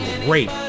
great